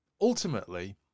ultimately